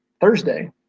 Thursday